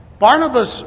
Barnabas